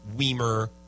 Weimer